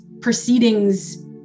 proceedings